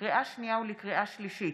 לקריאה שנייה ולקריאה שלישית,